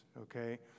okay